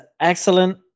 excellent